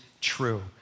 true